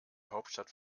hauptstadt